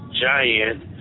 giant